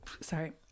sorry